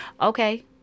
okay